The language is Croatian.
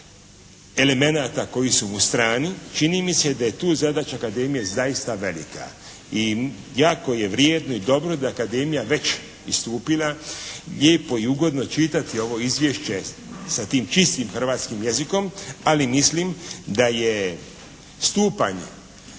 elemenata koji su mu strani čini mi se da je tu zadaća akademije zaista velika. I jako je vrijedno i dobro da je akademija već istupila. Lijepo je i ugodno čitati ovo izvješće sa tim čistim hrvatskim jezikom ali mislim da je stupanj